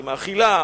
היא מאכילה,